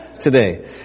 today